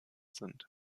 sind